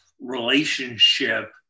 relationship